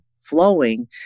flowing